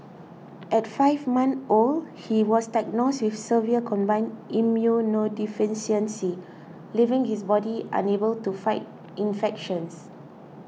at five months old he was diagnosed with severe combined immunodeficiency leaving his body unable to fight infections